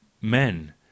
men